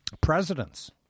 presidents